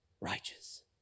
righteous